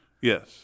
Yes